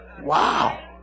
Wow